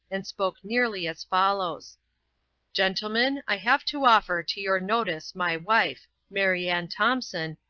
and spoke nearly as follows gentlemen, i have to offer to your notice my wife, mary anne thompson,